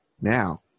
Now